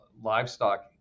livestock